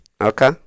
Okay